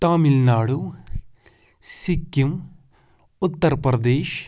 Tamil Nadu Sikkim Uttar Pradesh